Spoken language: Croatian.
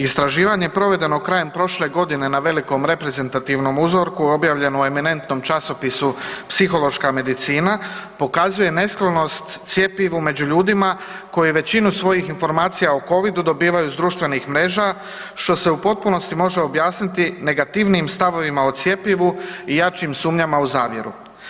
Istraživanje provedeno krajem prošle godine na velikom reprezentativnom uzorku objavljeno u eminentnom časopisu Psihološka medicina, pokazuje nesklonost cjepivu među ljudima koji većinu svojih informacija o Covidu dobivaju s društvenih mreža, što se u potpunosti može objasniti negativnijim stavovima o cjepivu i jačim sumnjama u zavjeru.